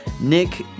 Nick